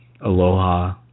Aloha